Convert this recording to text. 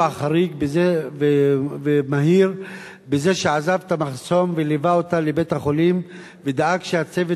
חריג ומהיר בזה שעזב את המחסום וליווה אותה לבית-החולים ודאג שהצוות